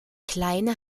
kleine